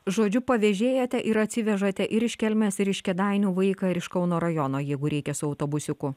žodžiu pavėžėjate ir atsivežate ir iš kelmės ir iš kėdainių vaiką ir iš kauno rajono jeigu reikia su autobusiuku